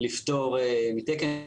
לפטור מתקן,